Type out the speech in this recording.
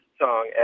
song